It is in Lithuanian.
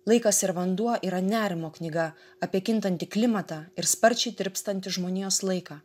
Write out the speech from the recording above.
laikas ir vanduo yra nerimo knyga apie kintantį klimatą ir sparčiai tirpstantį žmonijos laiką